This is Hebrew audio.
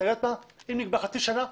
אם נקבע חצי שנה,